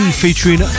featuring